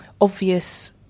obvious